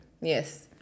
Yes